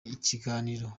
ikiganiro